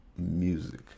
Music